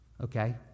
okay